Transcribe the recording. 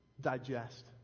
digest